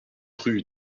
rue